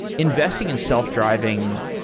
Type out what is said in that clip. investing in self-driving,